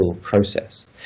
process